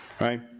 right